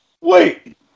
Wait